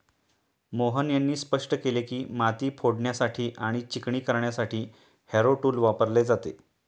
मोहन यांनी स्पष्ट केले की, माती फोडण्यासाठी आणि चिकणी करण्यासाठी हॅरो टूल वापरले जाते